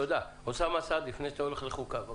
אוסאמה סעדי, בבקשה.